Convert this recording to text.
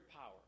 power